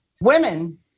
Women